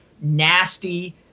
nasty